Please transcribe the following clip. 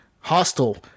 hostile